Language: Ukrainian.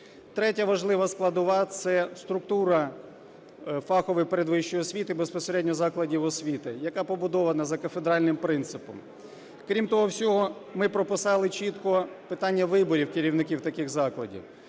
Третя важлива складова - це структура фахової передвищої освіти безпосередньо закладів освіти, яка побудована за кафедральним принципом. Крім того всього, ми прописали чітко питання виборів керівників таких закладів,